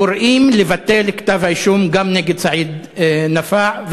קוראים לבטל את כתב-האישום גם נגד סעיד נפאע,